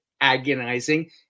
agonizing